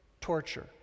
torture